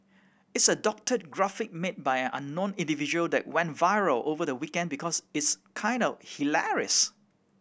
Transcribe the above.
it's a doctored graphic made by an unknown individual that went viral over the weekend because it's kinda hilarious